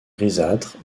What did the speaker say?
grisâtres